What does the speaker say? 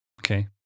Okay